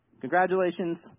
Congratulations